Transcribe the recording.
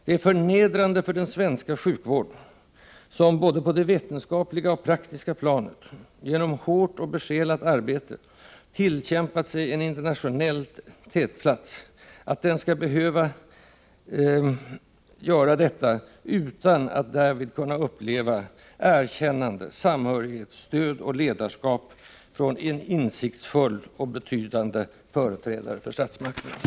Det är förnedrande för den svenska sjukvården — som på både det vetenskapliga och det praktiska planet genom hårt och besjälat arbete tillkämpat sig en internationell tätplats — att de verksamma skall behöva arbeta på detta sätt utan att därvid kunna uppleva erkännande, samhörighet, stöd och ledarskap från en insiktsfull och behjärtad företrädare för statsmakterna.